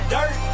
Dirt